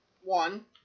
one